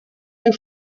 der